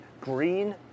green